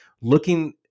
looking